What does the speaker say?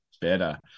better